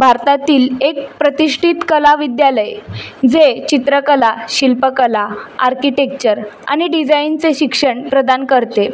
भारतातील एक प्रतिष्ठत कला विद्यालय जे चित्रकला शिल्पकला आर्किटेक्चर आणि डिजाईनचे शिक्षण प्रदान करते